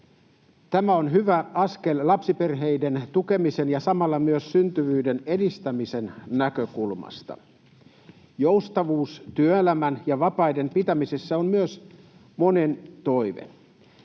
Tämä on hyvä askel lapsiperheiden tukemisen ja samalla myös syntyvyyden edistämisen näkökulmasta. Joustavuus työelämän ja vapaiden pitämisessä on myös monen toive.